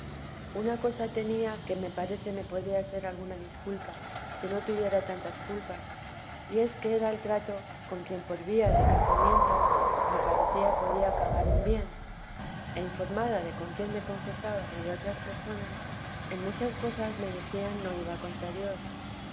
una cosa tenía que parece me podía ser alguna disculpa si no tuviera tantas culpas y es que era el trato con quien por vía de casamiento me parecía podía acabar en bien e informada de con quién me confesaba y de otras personas en muchas cosas me decían no iba contra dios